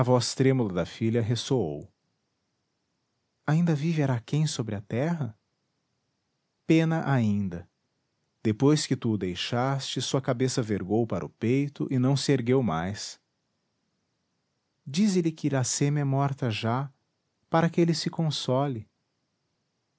voz trêmula da filha ressoou ainda vive araquém sobre a terra pena ainda depois que tu o deixaste sua cabeça vergou para o peito e não se ergueu mais dize-lhe que iracema é morta já para que ele se console